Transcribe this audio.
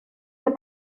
que